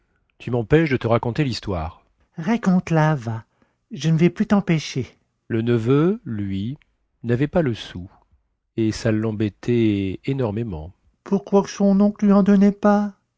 tu mempêches de te raconter lhistoire raconte la va je ne vais plus tempêcher le neveu lui navait pas le sou et ça lembêtait énormément pourquoi que son oncle lui en donnait pas